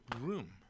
room